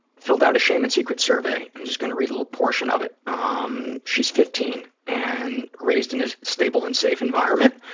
filled out a shame and secrets survey. i'm just going to read a little portion of it. ah um she's fifteen and raised in a stable and safe environment.